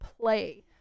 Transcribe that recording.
play